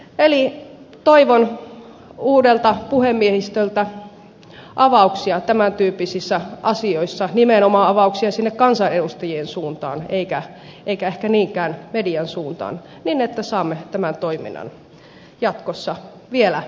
eli toivon uudelta puhemiehistöltä avauksia tämän tyyppisissä asioissa nimenomaan avauksia sinne kansanedustajien suuntaan eikä ehkä niinkään median suuntaan niin että saamme tämän toiminnan jatkossa vielä paremmaksi